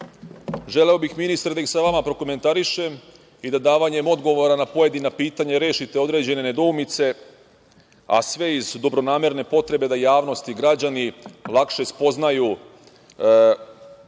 želeo bih, ministre, da ih sa vama prokomentarišem i da davanjem odgovora na pojedina pitanja rešite određene nedoumice, a sve iz dobronamerne potrebe da javnost i građani lakše spoznaju same